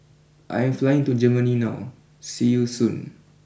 I am flying to Germany now see you Soon